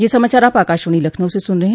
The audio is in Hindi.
ब्रे क यह समाचार आप आकाशवाणी लखनऊ से सुन रहे हैं